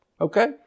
Okay